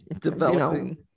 developing